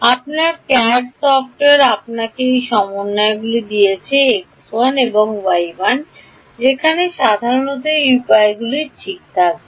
আপনার CADD software আপনাকে এই সমন্বয়গুলি দিয়েছে x1 y1 যেখানে সাধারণত এই উপাদানগুলি ঠিক থাকবে